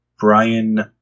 Brian